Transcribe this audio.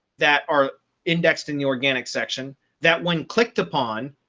that are indexed in the organic section that when clicked upon,